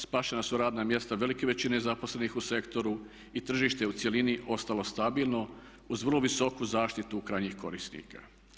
Spašena su radna mjesta velike većine zaposlenih u sektoru i tržište je u cjelini ostalo stabilno uz vrlo visoku zaštitu krajnjih korisnika.